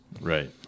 Right